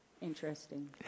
interesting